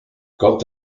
quant